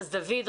אז דוד,